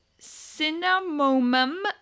Cinnamomum